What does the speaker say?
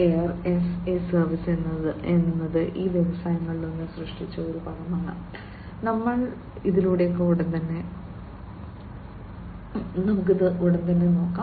air as a service എന്നത് ഈ വ്യവസായങ്ങളിലൊന്ന് സൃഷ്ടിച്ച ഒരു പദമാണ് ഞങ്ങൾ ഉടൻ കടന്നുപോകും